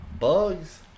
bugs